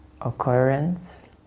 occurrence